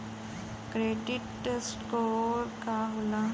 Credit score का होला?